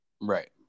Right